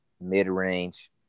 mid-range